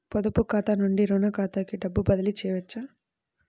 పొదుపు ఖాతా నుండీ, రుణ ఖాతాకి డబ్బు బదిలీ చేయవచ్చా?